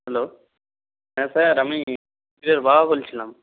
hello হ্যাঁ sir আমি বাবা বলছিলাম